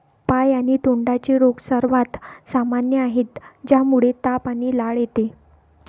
पाय आणि तोंडाचे रोग सर्वात सामान्य आहेत, ज्यामुळे ताप आणि लाळ येते